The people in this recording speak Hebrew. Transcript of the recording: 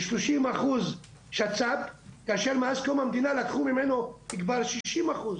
כשלושים אחוז שצ"פ כאשר מאז קום המדינה לקחו ממנו כבר שישים אחוז